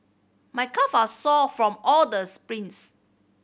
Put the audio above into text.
my calves are sore from all the sprints